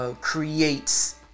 creates